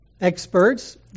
Experts